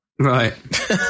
Right